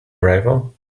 arrival